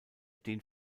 den